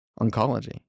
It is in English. Oncology